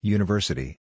University